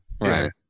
Right